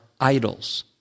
idols